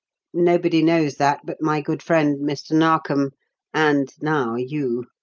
nobody knows that but my good friend mr. narkom and, now, you.